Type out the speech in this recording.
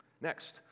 Next